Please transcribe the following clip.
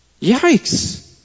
Yikes